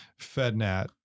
FedNat